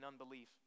unbelief